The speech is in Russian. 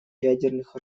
ядерных